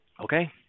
Okay